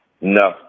No